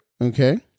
Okay